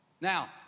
Now